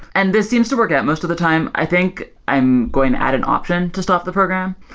and this seems to work out most of the time. i think i'm going to add an option to stop the program,